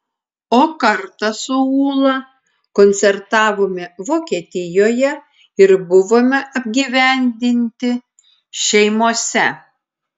o kartą su ūla koncertavome vokietijoje ir buvome apgyvendinti šeimose